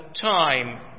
time